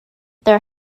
there